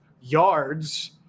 yards